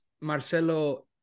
Marcelo